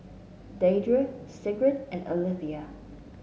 Deidre Sigrid and Alethea